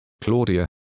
Claudia